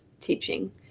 teaching